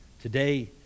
Today